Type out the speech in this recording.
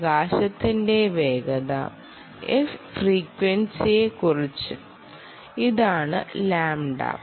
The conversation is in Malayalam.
പ്രകാശത്തിന്റെ വേഗത f പ്രവർത്തനത്തിന്റെ ഫ്രീക്വൻസി ഇതാണ് ലാംഡ